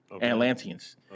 Atlanteans